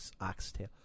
Oxtail